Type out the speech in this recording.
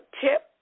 tip